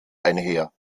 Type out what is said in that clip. einher